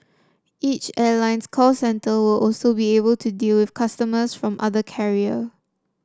each airline's call centre will also be able to deal with customers from the other carrier